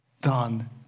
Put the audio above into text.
done